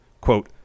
quote